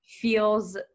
feels